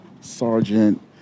Sergeant